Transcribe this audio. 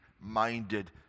Minded